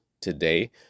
today